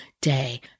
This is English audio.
day